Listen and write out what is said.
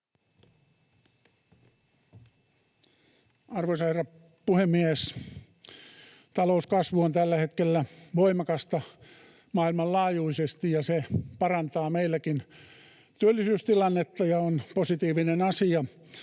Arvoisa herra puhemies! Talouskasvu on tällä hetkellä voimakasta maailmanlaajuisesti, ja se parantaa meilläkin työllisyystilannetta ja on positiivinen asia,